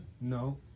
No